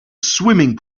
swimming